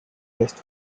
best